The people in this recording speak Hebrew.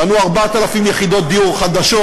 בנו 4,000 יחידות דיור חדשות,